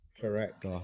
Correct